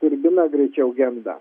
turbina greičiau genda